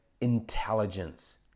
intelligence